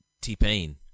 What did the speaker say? T-Pain